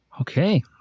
Okay